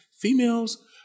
Females